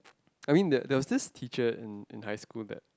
I mean there there was this teacher in in high school that